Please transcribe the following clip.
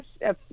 yes